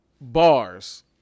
Bars